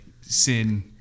sin